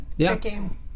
Checking